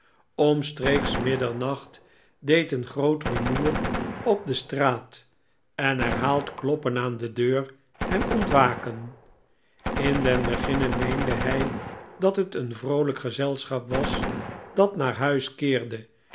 omstreeks middernacht deed een groot rumoer op de straat en herhaald kloppen aan de deur hem ontwaken in den beginne meende hi dat het een vroolijk gezelschap was dat naar huis keerde